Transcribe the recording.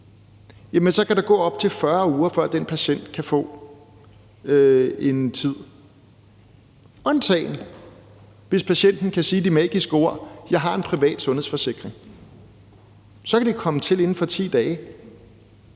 kan der gå op til 40 uger, før den patient kan få en tid – undtagen hvis patienten kan sige de magiske ord: Jeg har en privat sundhedsforsikring. Så kan de komme til inden for 10 dage.